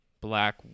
Black